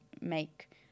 make